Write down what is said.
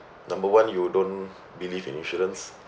number one you don't believe in insurance